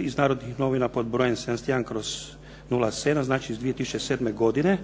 iz "Narodnih novina" pod brojem 71/07. znači iz 2007. godine